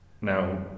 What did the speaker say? Now